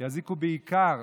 יזיקו בעיקר